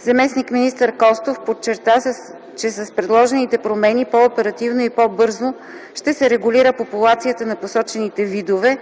Заместник-министър Костов подчерта, че с предложените промени по-оперативно и по-бързо ще се регулира популацията на посочените видове.